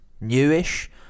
newish